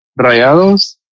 Rayados